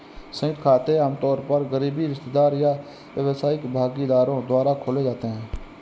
संयुक्त खाते आमतौर पर करीबी रिश्तेदार या व्यावसायिक भागीदारों द्वारा खोले जाते हैं